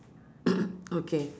okay